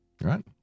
Right